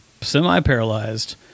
semi-paralyzed